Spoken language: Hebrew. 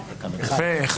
אחד.